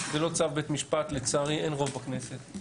בית משפט, לצערי, אין רוב בכנסת.